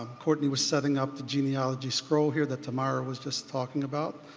um courtney was setting up the genealogy scroll here that tamera was just talking about.